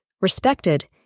respected